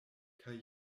kaj